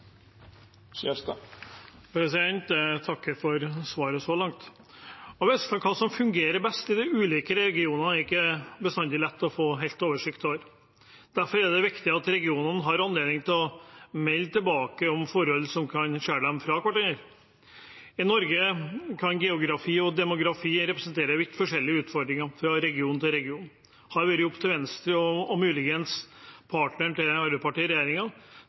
Jeg takker for svaret så langt. Å vite hva som fungerer best i de ulike regionene, er ikke bestandig lett helt å få oversikt over. Derfor er det viktig at regionene har anledning til å melde tilbake om forhold som kan skille dem fra hverandre. I Norge kan geografi og demografi representere vidt forskjellige utfordringer fra region til region. Hadde det vært opp til Venstre og muligens partneren til Arbeiderpartiet i